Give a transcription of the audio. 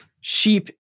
sheep